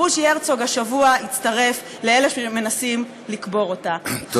בוז'י הרצוג השבוע הצטרף לאלה שמנסים לקבור אותה,